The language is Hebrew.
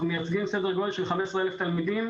אנחנו מייצגים סדר-גודל של 15,000 תלמידים